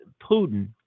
Putin